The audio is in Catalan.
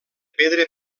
pedra